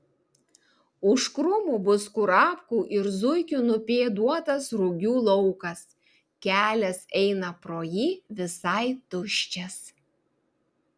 už krūmų bus kurapkų ir zuikių nupėduotas rugių laukas kelias eina pro jį visai tuščias